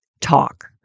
talk